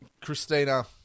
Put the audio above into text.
Christina